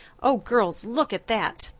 oh, girls, look at that!